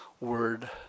word